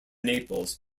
naples